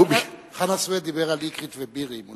חנא סוייד דיבר על אקרית ובירעם.